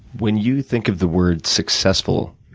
when you think of the word successful,